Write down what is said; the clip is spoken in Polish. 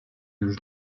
już